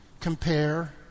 compare